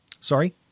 Sorry